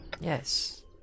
yes